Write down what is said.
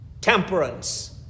temperance